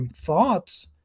thoughts